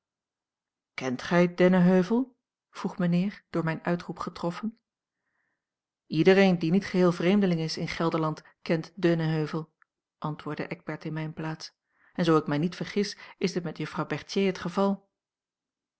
kent gij dennenheuvel vroeg mijnheer door mijn uitroep getroffen iedereen die niet geheel vreemdeling is in gelderland kent dennenheuvel antwoordde eckbert in mijne plaats en zoo ik mij niet vergis is dit met juffrouw berthier het geval